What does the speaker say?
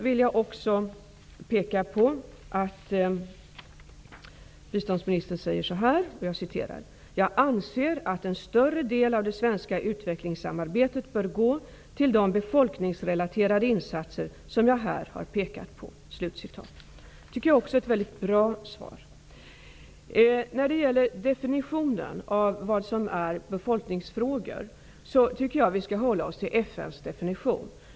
Vidare säger biståndsministern: ''Jag anser att en större del av det svenska utvecklingssamarbetet bör gå till de befolkningsrelaterade insatser som jag här har pekat på.'' Också detta är ett väldigt bra svar. När det gäller definitionen av befolkningsfrågor, tycker jag att vi skall hålla oss till FN:s definition.